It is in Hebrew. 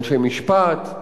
אנשי משפט,